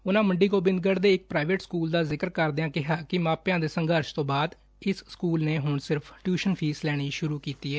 ਉਨੂਾਂ ਮੰਡੀ ਗੋਬਿੰਦਗੜੂ ਦੇ ਇਕ ਪ੍ਰਾਈਵੇਟ ਸਕੁਲ ਦਾ ਜ਼ਿਕਰ ਕਰਦਿਆਂ ਕਿਹਾ ਕਿ ਮਾਪਿਆਂ ਦੇ ਸੰਘਰਸ਼ ਤੋਂ ਬਾਅਦ ਇਸ ਸਕੂਲ ਨੇ ਹੁਣ ਸਿਰਫ ਟਿਯੂਸ਼ਨ ਫੀਸ ਲੈਣੀ ਸੁਰੂ ਕੀਤੀ ਏ